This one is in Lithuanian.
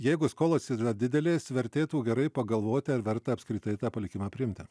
jeigu skolos yra didelės vertėtų gerai pagalvoti ar verta apskritai tą palikimą priimti